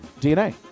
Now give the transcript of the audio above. DNA